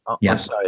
Yes